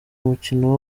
umukino